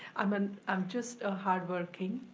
i'm and um just a hardworking